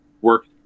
work